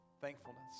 thankfulness